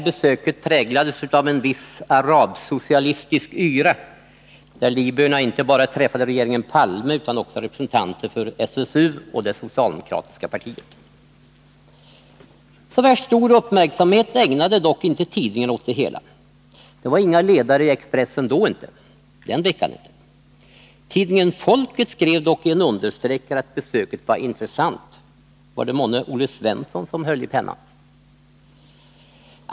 Besöket präglades av en viss arab-socialistisk yra där libyerna inte bara träffade regeringen Palme utan också representanter för SSU och det socialdemokratiska partiet. Så värst stor uppmärksamhet ägnade dock inte tidningarna åt det hela. Det var inga ledare i Expressen då inte. Tidningen Folket skrev dock i en understreckare att besöket var intressant — var det månne Olle Svensson som hölli pennan?